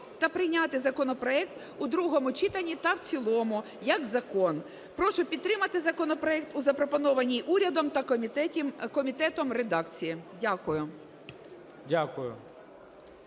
та прийняти законопроект у другому читанні та в цілому як закон. Прошу підтримати законопроект у запропонованій урядом та комітетом редакції. Дякую.